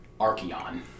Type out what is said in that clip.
Archeon